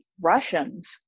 Russians